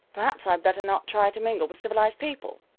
perhaps i'd better not try to mingle with civilized people.